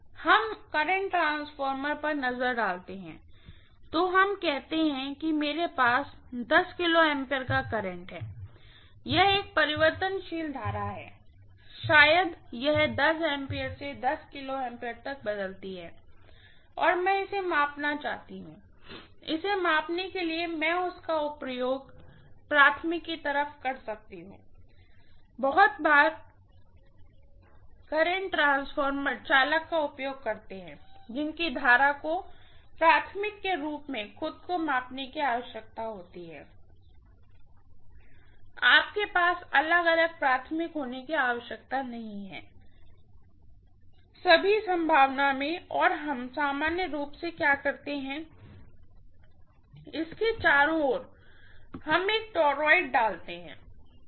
हम current transformer पर नजर डालते हैं तो हम कहते हैं कि मेरे पास kA का करंट है यह एक परिवर्तनशील करंट है शायद यह A से kA तक बदलती है और मैं इसे मापना चाहती हूँ इसे मापने के लिए मैं इसका उपयोग प्राइमरी की तरह कर सकती हूँ बहुत बार करंट ट्रांसफार्मर चालक का उपयोग करते हैं जिनकी करंट को को प्राइमरीके रूप में खुद को मापने की आवश्यकता होती है आपके पास अलग अलग प्राइमरीहोने की आवश्यकता नहीं है सभी संभावना में और हम सामान्य रूप से क्या करते हैं इसके चारों ओर हम एक टॉरॉयड डालते हैं